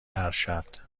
ارشد